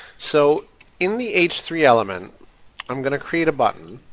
so in the h three element i'm gonna create a button,